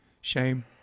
shame